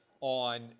on